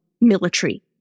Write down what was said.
military